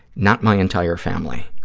not my entire family.